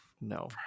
No